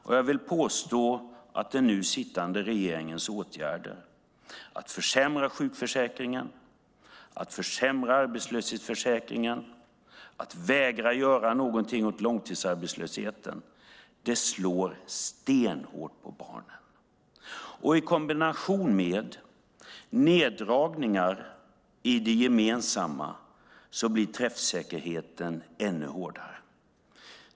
Och jag vill påstå att den nu sittande regeringens åtgärder, att försämra sjukförsäkringen och arbetslöshetsförsäkringen, och att de vägrar att göra någonting åt långtidsarbetslösheten slår stenhårt mot barnen. I kombination med neddragningar i det gemensamma blir träffsäkerheten ännu hårdare.